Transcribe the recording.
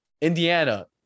Indiana